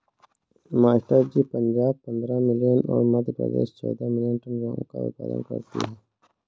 master ji Punjab पंद्रह million और मध्य प्रदेश चौदह मिलीयन टन गेहूं का उत्पादन करती है